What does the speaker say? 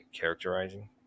characterizing